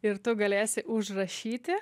ir tu galėsi užrašyti